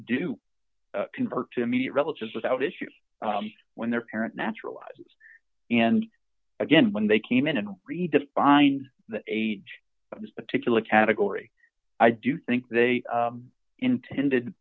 o convert to immediate relatives without issues when their parent naturalizes and again when they came in and redefined the age of this particular category i do think they intended